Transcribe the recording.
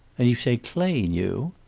and you say clay knew?